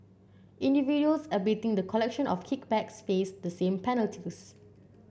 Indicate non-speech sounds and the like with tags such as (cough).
individuals abetting the collection of kickbacks face the same (unintelligible)